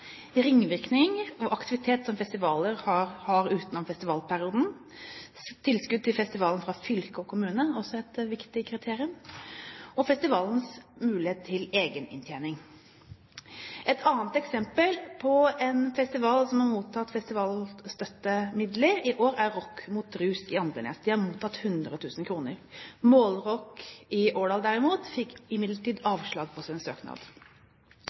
og aktivitet som festivaler har utenom festivalperioden. Tilskudd til festivalen fra fylket og kommune er også et viktig kriterium, og også festivalens mulighet til egeninntjening. Et annet eksempel på en festival som har mottatt festivalstøttemidler i år, er Rock Mot Rus i Andenes. De har mottatt 100 000 kr. Målrock i Årdal fikk imidlertid avslag på sin søknad.